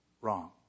wrong